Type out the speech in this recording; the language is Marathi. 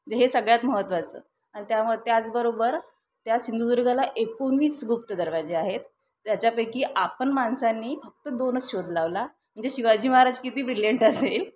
जे हे सगळ्यात महत्त्वाचं आणि त्याम त्याचबरोबर त्या सिंधुदुर्गला एकोणवीस गुप्त दरवाजे आहेत त्याच्यापैकी आपण माणसांनी फक्त दोनच शोध लावला म्हणजे शिवाजी महाराज किती ब्रिलियंट असेल